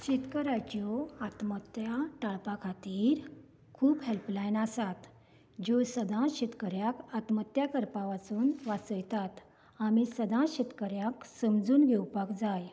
आयच्यो आत्महत्या ताळपा खातीर खूब हेल्पलायनो आसात ज्यो सदांच शेतकाऱ्यांक आत्महत्या करपा पसून वाचयतात आमी सदां शेतकाऱ्यांक समजून घेवपाक जाय